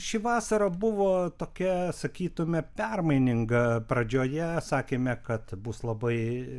ši vasara buvo tokia sakytume permaininga pradžioje sakėme kad bus labai